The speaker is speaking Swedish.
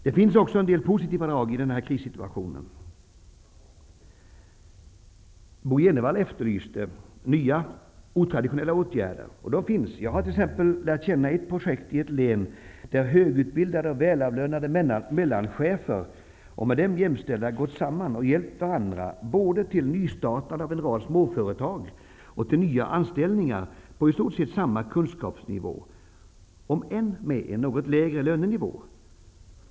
Det finns också en del positiva drag också i den här krissituationen. Bo Jenevall efterlyste nya, otraditionella åtgärder. Sådana finns. Jag har t.ex. lärt känna ett projekt i ett län där högutbildade, välavlönade mellanchefer och med dem jämställda gått samman och hjälpt varandra både till nystartande av en rad småföretag och till nya anställningar på i stort sett samma kunskapsnivå, om än med en något lägre lönenivå.